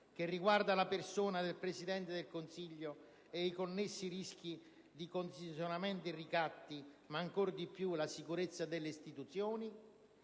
che riguarda non solo la persona del Presidente del Consiglio e i connessi rischi di condizionamenti e ricatti, ma ancora di più la sicurezza delle istituzioni?